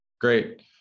Great